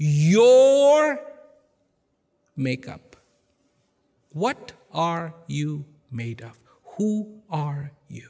your make up what are you made of who are you